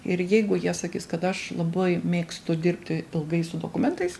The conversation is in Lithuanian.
ir jeigu jie sakys kad aš labai mėgstu dirbti ilgai su dokumentais